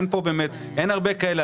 אין הרבה כאלה.